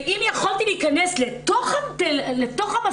ואם יכולתי להכנס לתוך המסך,